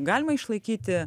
galima išlaikyti